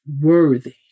worthy